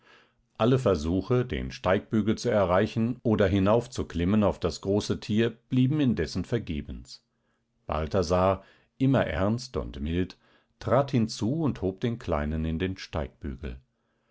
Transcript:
alle versuche den steigbügel zu erreichen oder hinaufzuklimmen auf das große tier blieben indessen vergebens balthasar immer ernst und mild trat hinzu und hob den kleinen in den steigbügel